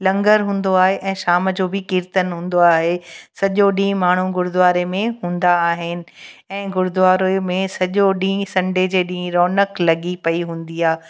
लंगरु हूंदो आहे ऐं शाम जो बि कीर्तन हूंदो आहे सॼो ॾींहुं माण्हू गुरुद्वारे में हूंदा आहिनि ऐं गुरुद्वारे में सॼो ॾींहुं संडे जे ॾींहुं रौनक लॻी पई हूंदी आहे